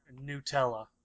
Nutella